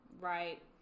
right